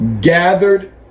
gathered